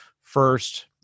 first